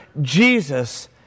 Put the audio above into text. Jesus